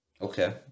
okay